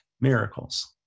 miracles